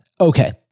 Okay